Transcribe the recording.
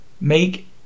make